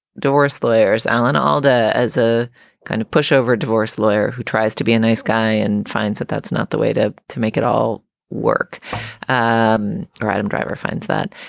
doris laywers, alan alda as a kind of pushover divorce lawyer who tries to be a nice guy and finds that that's not the way to to make it all work um adam driver finds that,